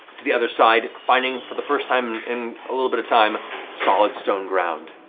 to the other side, finding for the first time in a little bit of time solid stone ground.